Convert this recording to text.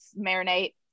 marinate